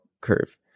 curve